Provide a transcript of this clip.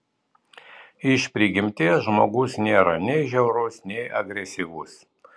iš prigimties žmogus nėra nei žiaurus nei agresyvus